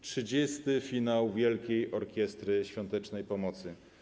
30. Finał Wielkiej Orkiestry Świątecznej Pomocy.